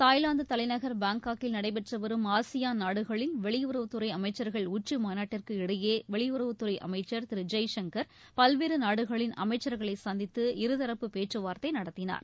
Thailand தலைநகர் பாங்காக்கில் நடைபெற்று வரும் ஆசியான் நாடுகளின் வெளியுறவுத்துறை அமைச்சர்கள் உச்சிமாநாட்டிற்கு இடையே வெளியுறவுத்துறை அமைச்சர் திரு ஜெய்சங்கர் பல்வேறு நாடுகளின் அமைச்சர்களை சந்தித்து இருதரப்பு பேச்சு வார்த்தை நடத்தினார்